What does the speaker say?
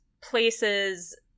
places